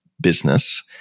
business